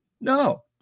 No